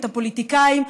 את הפוליטיקאים,